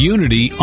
Unity